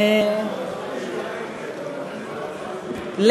תודה,